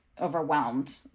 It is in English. overwhelmed